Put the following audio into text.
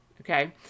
Okay